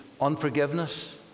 unforgiveness